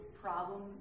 Problem